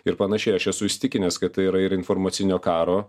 ir panašiai aš esu įsitikinęs kad tai yra ir informacinio karo